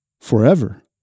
forever